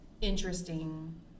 interesting